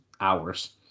hours